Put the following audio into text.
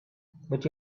but